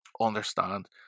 understand